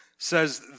says